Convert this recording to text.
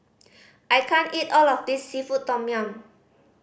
I can't eat all of this seafood tom yum